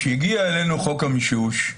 כשהגיע אלינו חוק המישוש,